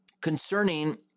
concerning